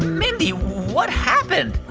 mindy, what happened?